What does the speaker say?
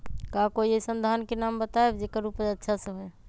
का कोई अइसन धान के नाम बताएब जेकर उपज अच्छा से होय?